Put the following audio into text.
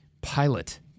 Pilot